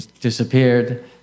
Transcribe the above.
disappeared